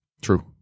True